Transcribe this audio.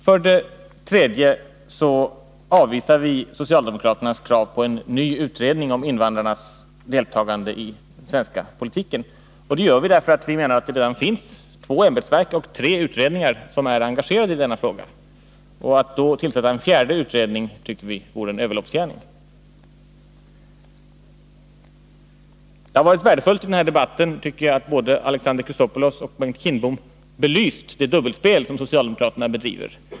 För det tredje avvisar vi socialdemokraternas krav på en ny utredning om invandrarnas deltagande i den svenska politiken. Det gör vi därför att det redan finns två ämbetsverk och tre utredningar som är engagerade i den frågan. Att tillsätta en fjärde utredning tycker vi då vore en överloppsgärning. Det har enligt min mening varit värdefullt att både Alexander Chrisopoulos och Bengt Kindbom i den här debatten har belyst det dubbelspel som socialdemokraterna bedriver.